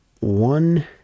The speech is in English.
one